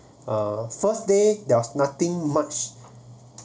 uh first day there was nothing much